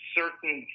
certain